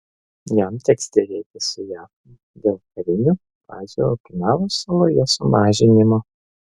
jam teks derėtis su jav dėl karinių bazių okinavos saloje sumažinimo